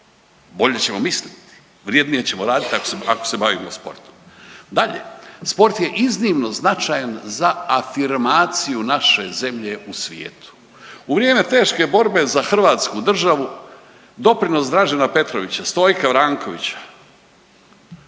bolje ćemo misliti, vrijednije ćemo raditi ako se bavimo sportom. Dalje, sport je iznimno značajan za afirmaciju naše zemlje u svijetu. U vrijeme teške borbe za hrvatsku državu doprinos Dražena Petrovića, Stojka Vrankovića,